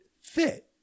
fit